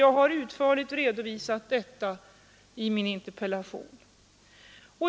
Jag har utförligt redovisat detta i min interpellation.